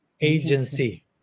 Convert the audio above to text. agency